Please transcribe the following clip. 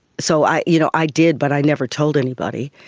so i you know i did, but i never told anybody.